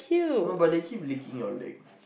no but they keep licking your leg